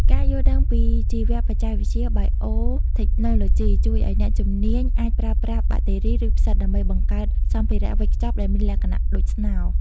ការយល់ដឹងពីជីវបច្ចេកវិទ្យា Biotechnology ជួយឱ្យអ្នកជំនាញអាចប្រើប្រាស់បាក់តេរី ឬផ្សិត ដើម្បី "បង្កើត" សម្ភារៈវេចខ្ចប់ដែលមានលក្ខណៈដូចស្នោ។